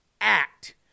act